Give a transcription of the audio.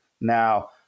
Now